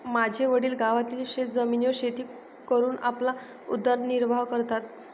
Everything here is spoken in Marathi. माझे वडील गावातील शेतजमिनीवर शेती करून आपला उदरनिर्वाह करतात